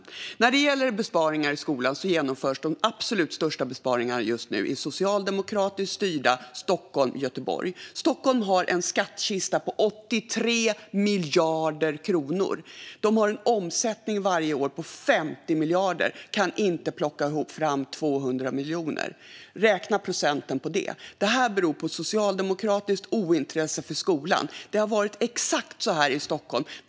De absolut största besparingarna genomförs just nu i socialdemokratiskt styrda Stockholm och Göteborg. Stockholm har en skattkista på 83 miljarder kronor och en omsättning varje år på 50 miljarder - men kan inte plocka fram 200 miljoner. Räkna procenten på det. Det här beror på socialdemokratiskt ointresse för skolan. Det har varit exakt så här i Stockholm.